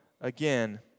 again